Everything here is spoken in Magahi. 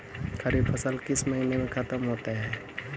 खरिफ फसल किस महीने में ख़त्म होते हैं?